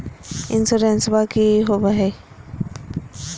इंसोरेंसबा की होंबई हय?